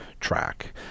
Track